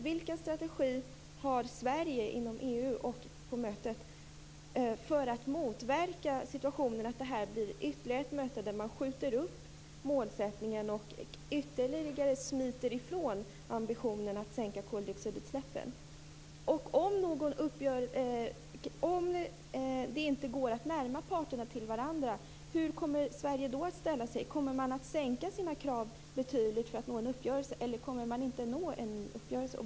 Vilken strategi har Sverige inom EU och på mötet för att motverka att detta blir ytterligare ett möte där man skjuter upp målsättningen och än en gång smiter ifrån ambitionen att minska koldioxidutsläppen? Om det inte går att närma parterna till varandra, hur kommer Sverige då att ställa sig? Kommer man att sänka sina krav betydligt för att nå en uppgörelse, eller kommer man inte att nå en uppgörelse?